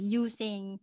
using